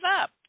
up